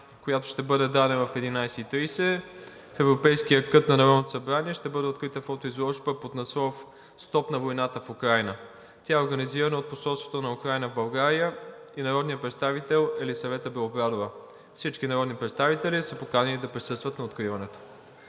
която ще бъде дадена в 11,30 ч., в европейския кът на Народното събрание ще бъде открита фотоизложба под надслов „Стоп на войната в Украйна“. Тя е организирана от посолството на Украйна в България и от народния представител Елисавета Белобрадова. Всички народни представители са поканени да присъстват на откриването.